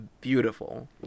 beautiful